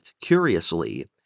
curiously